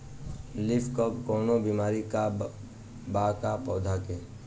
Leaf curl कौनो बीमारी बा का पौधा के?